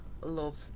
love